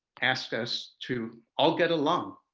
ask us to all get along.